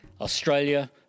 Australia